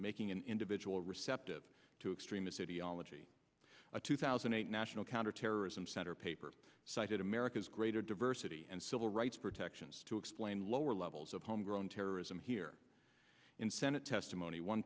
making an individual receptive to extremist ideology a two thousand and eight national counterterrorism center paper cited america's greater diversity and civil rights protections to explain lower levels of homegrown terrorism here in senate testimony one